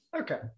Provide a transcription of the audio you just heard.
Okay